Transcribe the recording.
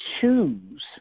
choose